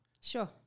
Sure